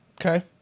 Okay